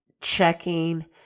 checking